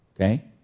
okay